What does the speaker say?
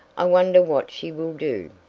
i wonder what she will do?